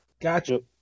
gotcha